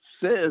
Says